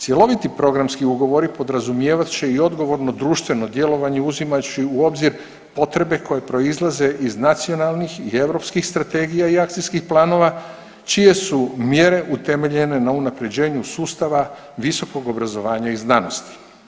Cjeloviti programski ugovori podrazumijevat će i odgovorno društveno djelovanje uzimajući u obzir potrebe koje proizlaze iz nacionalnih i europskih strategija i akcijskih planova čije su mjere utemeljene na unapređenju sustava visokog obrazovanja i znanosti.